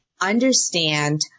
understand